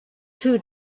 two